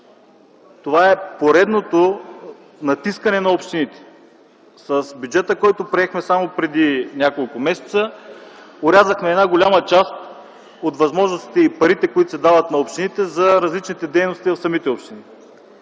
това е поредното натискане на общините. С бюджета, който приехме само преди няколко месеца, орязахме една голяма част от парите и възможностите, които се дават на общините за различните дейности от самите общини.